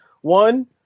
One